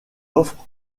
offre